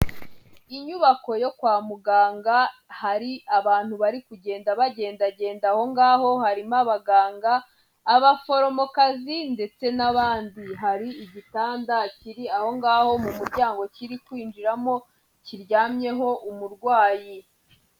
Inyubako yo kwa muganga hari abantu bari kugenda bagendagenda aho ngaho, harimo abaganga, abaforomokazi ndetse n'abandi, hari igitanda kiri aho ngaho mu muryango kiri kwinjiramo kiryamyeho umurwayi.